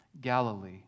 Galilee